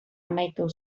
amaitu